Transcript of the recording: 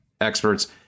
experts